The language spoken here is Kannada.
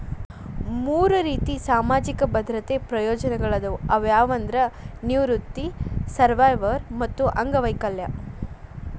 ಮೂರ್ ರೇತಿ ಸಾಮಾಜಿಕ ಭದ್ರತೆ ಪ್ರಯೋಜನಗಳಾದವ ಅವು ಯಾವಂದ್ರ ನಿವೃತ್ತಿ ಸರ್ವ್ಯವರ್ ಮತ್ತ ಅಂಗವೈಕಲ್ಯ